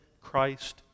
Christ